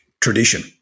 tradition